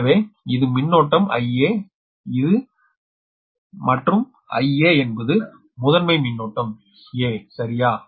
எனவே இது மின்னோட்டம் IA மற்றும் Ia என்பது முதன்மை மின்னோட்டம் 'a' சரியா